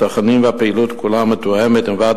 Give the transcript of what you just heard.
התכנים והפעילות כולה מתואמים עם ועד